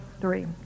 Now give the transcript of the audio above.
three